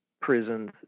prisons